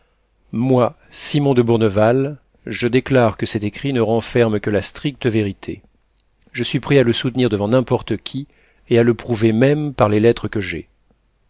moi simon de bourneval je déclare que cet écrit ne renferme que la stricte vérité je suis prêt à le prouver même par les lettres que j'ai